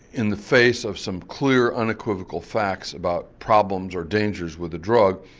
in the face of some clear unequivocal facts about problems or dangers with the drug,